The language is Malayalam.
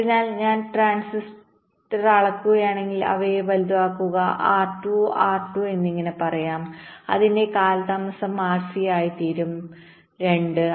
അതിനാൽ ഞാൻ ട്രാൻസിസ്റ്റർ അളക്കുകയാണെങ്കിൽ അവയെ വലുതാക്കുക നമുക്ക് R 2 R 2 എന്നിങ്ങനെ പറയാം അപ്പോൾ എന്റെ കാലതാമസം RC ആയിത്തീരും 2